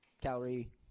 Calorie